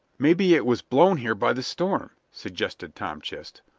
maybe it was blown here by the storm, suggested tom chist.